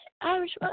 Irish